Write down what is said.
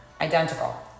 identical